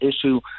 issue